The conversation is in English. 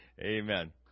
Amen